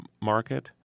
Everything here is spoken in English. market